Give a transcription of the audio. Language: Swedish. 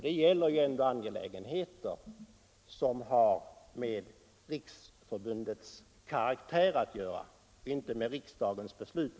Det gäller ändå angelägenheter som har med Hyresgästernas riksförbunds karaktär att göra — inte med riksdagens beslut.